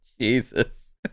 Jesus